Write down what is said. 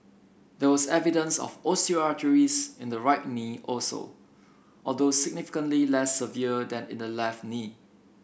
there was evidence of osteoarthritis in the right knee also although significantly less severe than in the left knee